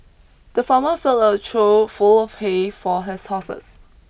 the farmer filled a trough full of hay for his horses